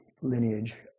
lineage